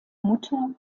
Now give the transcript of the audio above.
mutter